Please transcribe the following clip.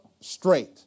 straight